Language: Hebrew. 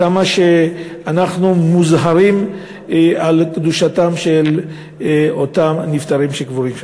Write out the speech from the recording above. כמה שאנחנו מוזהרים על קדושתם של אותם הנפטרים שקבורים שם.